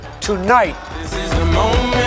tonight